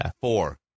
four